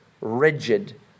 Rigid